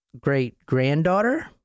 great-granddaughter